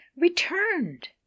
returned